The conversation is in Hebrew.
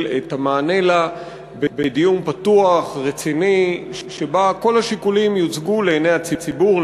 את המענה לה בדיון פתוח ורציני שבו כל השיקולים יוצגו לעיני הציבור,